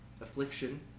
affliction